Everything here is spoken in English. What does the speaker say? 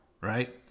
right